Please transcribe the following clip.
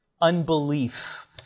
Unbelief